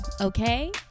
okay